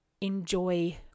enjoy